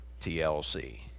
TLC